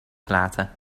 gelaten